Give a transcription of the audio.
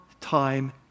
time